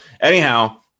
Anyhow